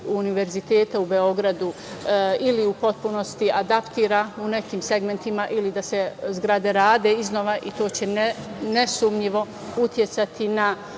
univerziteta u Beogradu ili u potpunosti adaptira u nekim segmentima ili da se zgrade rade iznova i to će nesumnjivo uticati na